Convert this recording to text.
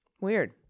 Weird